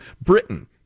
Britain